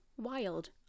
wild